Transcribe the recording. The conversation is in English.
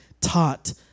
taught